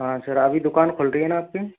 हाँ सर आभी दुकान खुल रही है ना आपकी